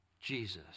Jesus